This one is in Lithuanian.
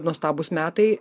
nuostabūs metai